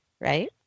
right